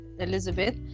elizabeth